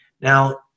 Now